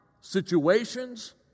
situations